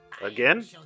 Again